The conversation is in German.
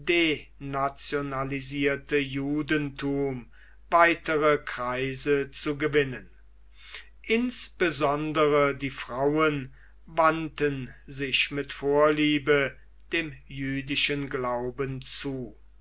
denationalisierte judentum weitere kreise zu gewinnen insbesondere die frauen wandten sich mit vorliebe dem jüdischen glauben zu